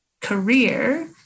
career